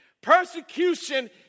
Persecution